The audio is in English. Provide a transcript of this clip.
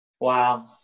Wow